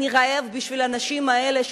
אני רעב בשביל האנשים האלה,